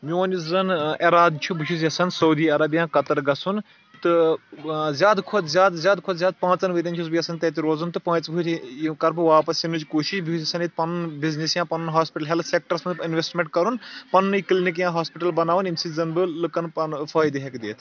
میون یُس زَن ایٚرادٕ چھُ بہٕ چھُس یَژھان سعودی عربِیہ قَطَر گژھُن تہٕ زیادٕ کھۄتہٕ زیادٕ زیادٕ کھۄتہٕ زیادٕ پانٛژَن ؤرۍ یَن چھُس بہٕ یَژھان تَتہِ روزُن تہٕ پٲنٛژِ وٕہٕر کَرٕ بہٕ واپَس یِنٕچ کوٗشِش بہٕ چھُس یژھان ییٚتہِ پَنُن بِزنٮ۪س یا پَنُن ہاسپِٹل ہیٚلتھ سیٚکٹرس منٛز اِنویٚسٹمینٹ کَرُن پَنُنُے کلنِک یا ہاسپِٹل بَناوُن ییٚمہِ سۭتۍ زَن بہٕ لُکَن پَنُن فٲیدٕ ہیٚکہِ دِتھ